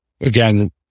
again